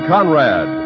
Conrad